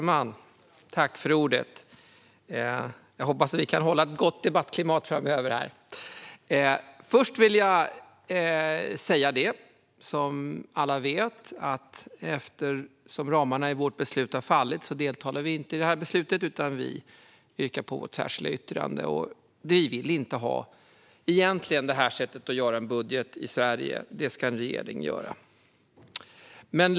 Fru talman! Jag hoppas att vi kan hålla ett gott debattklimat framöver. Först vill jag säga det som alla vet: Eftersom ramarna i vårt förslag har fallit deltar vi inte i beslutet utan hänvisar till vårt särskilda yttrande. Vi vill egentligen inte ha det här sättet att göra en budget på i Sverige. Det ska en regering göra.